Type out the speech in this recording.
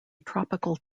tropical